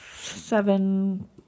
seven